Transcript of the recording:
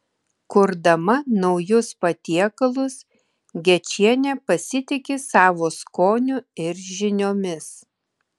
kurdama naujus patiekalus gečienė pasitiki savo skoniu ir žiniomis